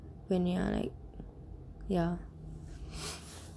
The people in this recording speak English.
when you are like ya